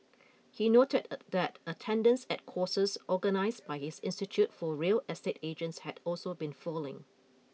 he noted a that attendance at courses organised by his institute for real estate agents had also been falling